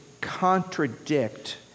contradict